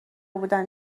بودن